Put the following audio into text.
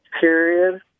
period